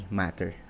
matter